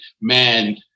man